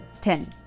Ten